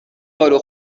الو